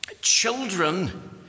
Children